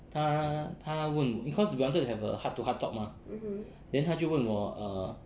他他问 because we want to have a heart to heart talk mah then 他就问我 err